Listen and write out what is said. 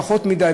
אם פחות מדי,